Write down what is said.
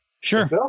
Sure